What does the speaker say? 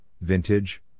vintage